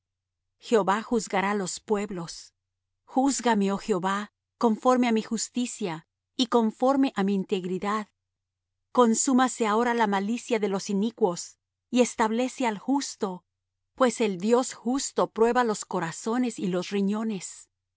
jehová juzgará los pueblos júzgame oh jehová conforme á mi justicia y conforme á mi integridad consúmase ahora la malicia de los inicuos y establece al justo pues el dios justo prueba los corazones y los riñones